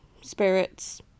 spirits